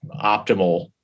optimal